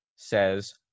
says